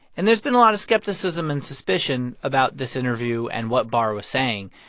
and there's been a lot of skepticism and suspicion about this interview and what barr was saying.